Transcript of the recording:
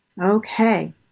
Okay